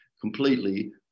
completely